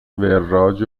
وراج